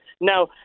Now